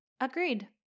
agreed